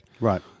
Right